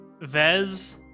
Vez